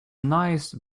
nice